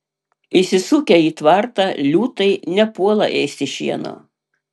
įsisukę į tvartą liūtai nepuola ėsti šieno